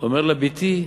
אומר לה: בתי,